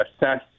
assess